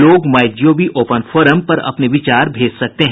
लोग my G O V open forum पर अपने विचार भेज सकते हैं